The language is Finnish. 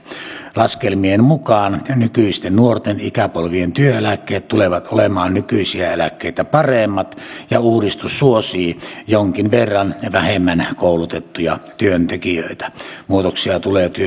laskelmien mukaan nykyisten nuorten ikäpolvien työeläkkeet tulevat olemaan nykyisiä eläkkeitä paremmat ja uudistus suosii jonkin verran vähemmän koulutettuja työntekijöitä muutoksia tulee